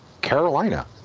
Carolina